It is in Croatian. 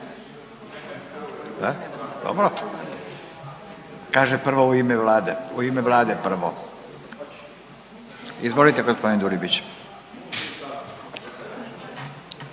dobro. Kaže prvo u ime Vlade u ime Vlade prvo. Izvolite g. Dulibić.